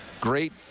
Great